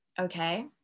Okay